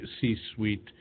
C-suite